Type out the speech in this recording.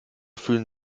fühlen